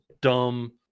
dumb